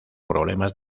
problemas